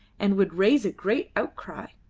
and would raise a great outcry.